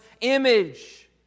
image